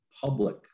public